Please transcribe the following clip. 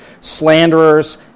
slanderers